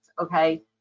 Okay